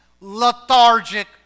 lethargic